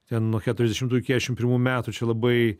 ten nuo keturiasdešimtų iki keturiasdešimt pirmų metų čia labai